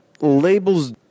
Labels